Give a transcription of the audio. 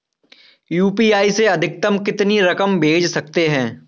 UPI से अधिकतम कितनी रकम भेज सकते हैं?